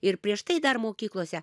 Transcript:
ir prieš tai dar mokyklose